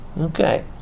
Okay